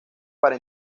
para